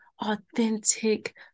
authentic